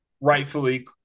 rightfully